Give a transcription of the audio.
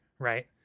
Right